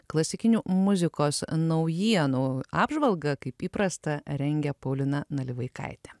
klasikinių muzikos naujienų apžvalgą kaip įprasta rengia paulina nalivaikaitė